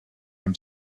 him